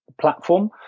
platform